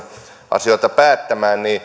asioita päättämään